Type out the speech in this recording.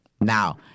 now